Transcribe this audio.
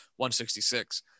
166